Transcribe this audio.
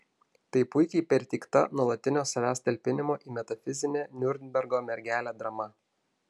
tai puikiai perteikta nuolatinio savęs talpinimo į metafizinę niurnbergo mergelę drama